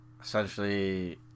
Essentially